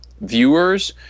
viewers